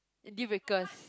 dealbreakers